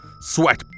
sweat